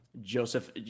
Joseph